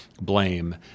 blame